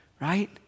right